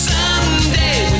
Someday